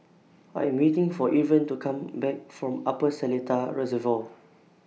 I Am waiting For Irven to Come Back from Upper Seletar Reservoir